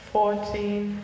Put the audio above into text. Fourteen